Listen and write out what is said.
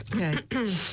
Okay